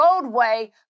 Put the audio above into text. roadway